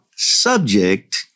Subject